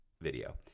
video